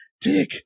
Dick